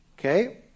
Okay